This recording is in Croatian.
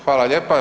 Hvala lijepa.